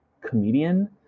comedian